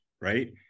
right